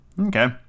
Okay